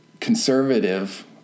conservative